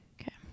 Okay